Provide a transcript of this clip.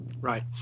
Right